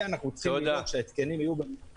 ואנחנו צריכים לראות שההתקנים יהיו ---,